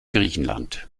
griechenland